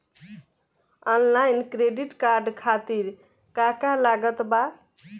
Online credit card खातिर का का लागत बा?